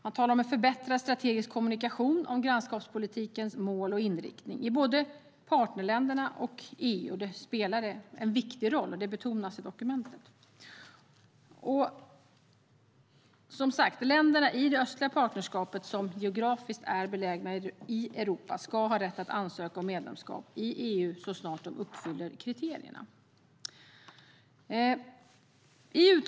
Man talar om en förbättrad strategisk kommunikation om grannskapspolitikens mål och inriktning i både partnerländerna och EU, och det spelar en viktig roll. Det betonas i dokumentet. Som sagt: Länderna i det östliga partnerskapet som geografiskt är belägna i Europa ska ha rätt att ansöka om medlemskap i EU så snart de uppfyller kriterierna.